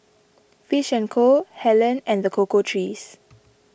Fish and Co Helen and the Cocoa Trees